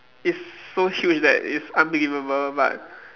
is so huge that it is unbelievable but